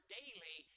daily